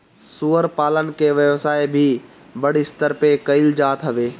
सूअर पालन के व्यवसाय भी बड़ स्तर पे कईल जात हवे